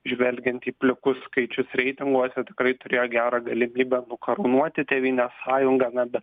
žvelgiant į plikus skaičius reitinguose tikrai turėjo gerą galimybę nukarūnuoti tėvynės sąjungą na bet